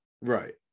Right